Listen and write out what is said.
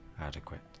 adequate